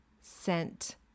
scent